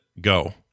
go